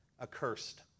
accursed